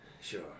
Sure